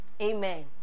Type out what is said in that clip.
Amen